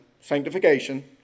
sanctification